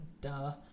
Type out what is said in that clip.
Duh